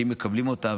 שאם מקבלים אותה,